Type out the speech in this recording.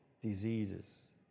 diseases